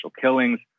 killings